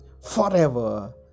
forever